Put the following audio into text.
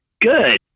good